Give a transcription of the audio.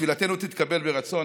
ותפילתנו תתקבל ברצון.